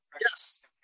yes